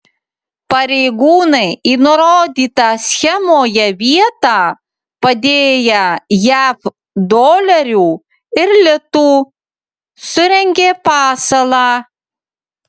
pareigūnai į nurodytą schemoje vietą padėję jav dolerių ir litų surengė pasalą